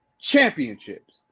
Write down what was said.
championships